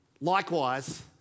Likewise